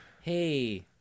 hey